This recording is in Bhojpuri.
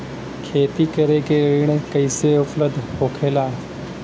खेती करे के ऋण कैसे उपलब्ध होखेला?